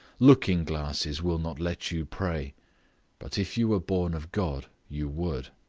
looking-glasses will not let you pray but if you were born of god, you would.